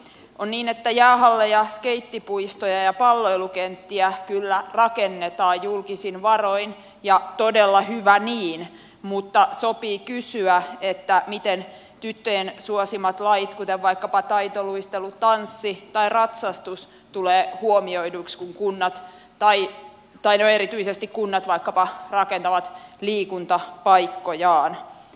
on niin että jäähalleja skeittipuistoja ja palloilukenttiä kyllä rakennetaan julkisin varoin ja todella hyvä niin mutta sopii kysyä miten tyttöjen suosimat lajit kuten vaikkapa taitoluistelu tanssi tai ratsastus tulevat huomioiduiksi kun erityisesti kunnat vaikkapa rakentavat liikuntapaikkojaan